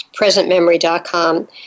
presentmemory.com